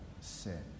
sin